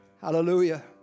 Hallelujah